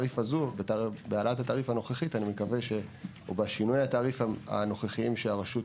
בהעלאת התעריף הנוכחית או בשינוי התעריף הנוכחיים שהרשות